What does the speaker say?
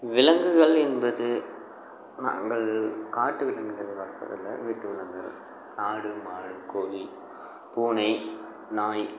விலங்குகள் என்பது நாங்கள் காட்டு விலங்குகள் வளர்ப்பதில்லை வீட்டு விலங்குகள் ஆடு மாடு கோழி பூனை நாய்